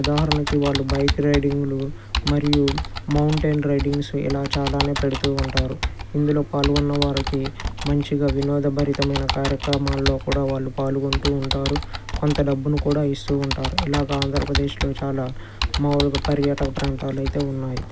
ఉదాహరణకి వాళ్ళు బైక్ రైడింగ్లు మరియు మౌంటైన్ రైడింగ్స్ని ఇలా చాలానే పెడుతూ ఉంటారు ఇందులో పాల్గొన్న వారికి మంచిగా వినోద భరితమైన కార్యక్రమాల్లో కూడా వాళ్ళు పాల్గొంటూ ఉంటారు కొంత డబ్బును కూడా ఇస్తూ ఉంటారు ఇలాగ ఆంధ్రప్రదేశ్లో చాలా మాములుగా పర్యాటక ప్రాంతాలు అయితే ఉన్నాయి